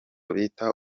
bitaga